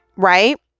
Right